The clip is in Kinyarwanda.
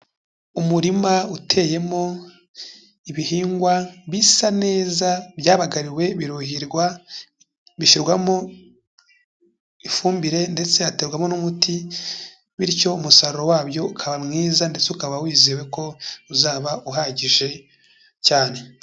Umurima uteyemo ibihingwa bisa neza, byabagariwe, biruhirwa bishyirwamo ifumbire, ndetse haterwamo n'umuti, bityo umusaruro wabyo ukaba mwiza ndetse ukaba wizewe ko uzaba uhagije cyane.